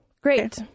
Great